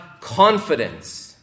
confidence